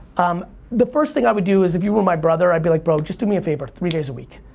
um the first thing i would do is if you were my brother, i'd be like, bro, just do me a favor, three days a week.